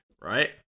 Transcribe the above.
right